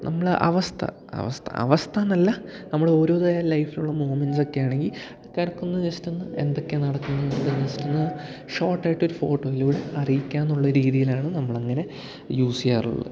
നമ്മളുടെ അവസ്ഥ അവസ്ഥ അവസ്ഥയെന്നല്ല നമ്മൾ ഓരോന്നായ ലൈഫിലുള്ള മൊമന്സൊക്കെയാണെങ്കിൽ ആള്ക്കാർക്കൊന്ന് ജസ്റ്റൊന്ന് എന്തൊക്കെയാണ് നടക്കുന്നതെന്ന് ജസ്റ്റൊന്ന് ഷോർട്ടായിട്ടൊരു ഫോട്ടോയിലൂടെ അറിയിക്കാമെന്നുള്ള രീതിയിലാണ് നമ്മളങ്ങനെ യൂസ് ചെയ്യാറുള്ളത്